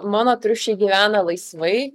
mano triušiai gyvena laisvai